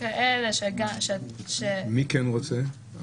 מי כן רוצה?